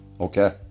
Okay